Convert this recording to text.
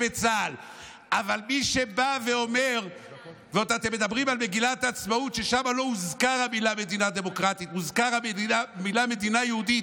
שלא אמרתי את זה, אני בעד להגיד את זה.